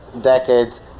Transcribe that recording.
decades